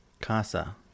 Casa